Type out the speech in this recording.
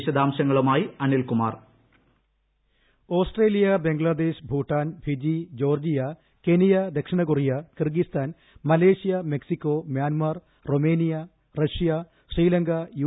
വിശദാംശങ്ങളുമായി Anilkumar hold voice Australia Bangladesh Bhutan Fiji Georgia Kenya ദക്ഷിണകൊറിയ Kyrgyzstan Malaysia Mexico Myanmar Romania Russia Sri Lanka U